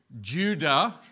Judah